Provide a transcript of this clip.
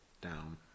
down